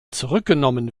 zurückgenommen